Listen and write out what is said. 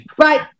Right